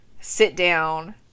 sit-down